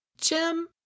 Jim